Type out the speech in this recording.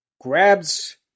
grabs